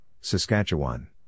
Saskatchewan